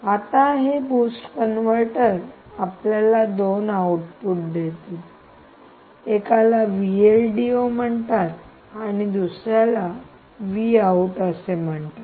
आता हे boost converter आपल्याला दोन आउटपुट देतील एकाला म्हणतात आणि दुसऱ्याला म्हणतात